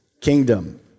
kingdom